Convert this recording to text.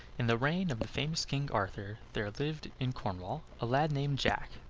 in the reign of the famous king arthur there lived in cornwall a lad named jack,